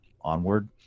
onward